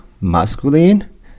masculine